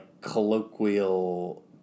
colloquial